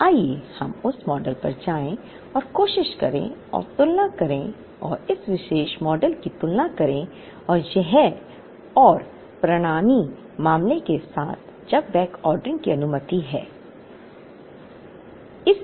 तो आइए हम उस मॉडल पर जाएं और कोशिश करें और तुलना करें और इस विशेष मॉडल की तुलना करें और यह और परिणामी मामले के साथ जब बैकऑर्डरिंग की अनुमति है